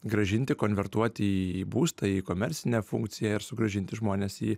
grąžinti konvertuoti į būstą į komercinę funkciją ir sugrąžinti žmones į